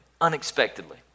unexpectedly